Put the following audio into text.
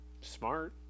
smart